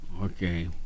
Okay